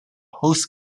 host